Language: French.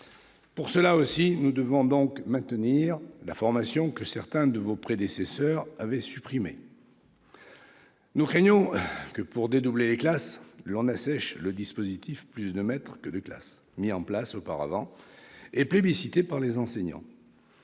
Pour ces raisons, nous devons donc maintenir la formation que certains de vos prédécesseurs avaient supprimée. Nous craignons que, pour dédoubler les classes, on assèche le dispositif « Plus de maîtres que de classes » mis en place auparavant et plébiscité par les enseignants.